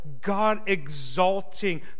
God-exalting